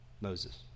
Moses